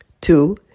Two